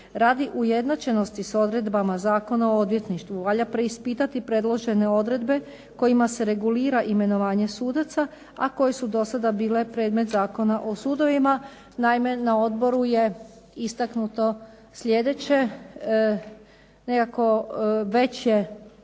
Radi ujednačenosti s odredbama Zakona o odvjetništvu valja preispitati predložene odredbe kojima se regulira imenovanje sudaca, a koje su do sada bile predmet Zakona o sudovima. Naime, na odboru je istaknuto sljedeće. Nekako već